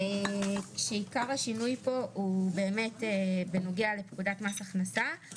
עיקר השינוי פה הוא בנוגע לפקודת מס הכנסה.